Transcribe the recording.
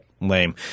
lame